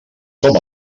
com